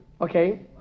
Okay